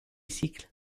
cycles